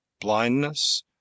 BLINDNESS